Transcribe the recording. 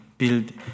Build